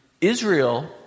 Israel